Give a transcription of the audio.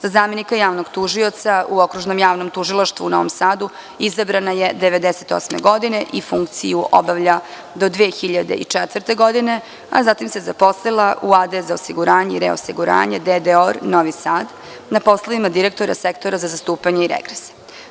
Za zamenika javnog tužioca u Okružnom javnom tužilaštvu u Novom Sadu izabrana je 1998. godine i funkciju obavlja do 2004. godine, a zatim se zaposlila u AD za osiguranje i reosiguranje DDOR Novi Sad, na poslovima direktora sektora za zastupanje i regres.